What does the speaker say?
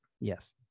yes